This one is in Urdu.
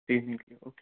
تین دن کے لیے اوکے